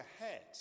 ahead